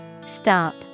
Stop